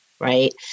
right